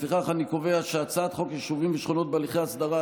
לפיכך אני קובע שהצעת חוק יישובים ושכונות בהליכי הסדרה,